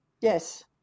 Yes